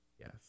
Yes